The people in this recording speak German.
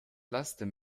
laster